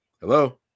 Hello